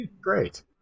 great